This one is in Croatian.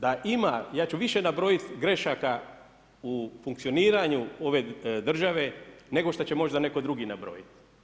Da ima, ja ću više nabrojit grešaka u funkcioniranju ove države, nego što će možda netko drugi nabrojit.